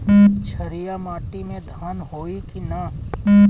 क्षारिय माटी में धान होई की न?